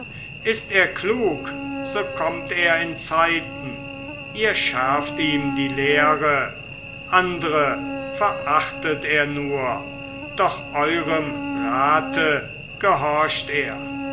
ist er klug so komm er inzeiten ihr schärft ihm die lehre andre verachtet er nur doch eurem rate gehorcht er